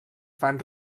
fan